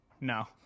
No